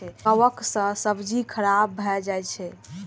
कवक सं सब्जी खराब भए जाइ छै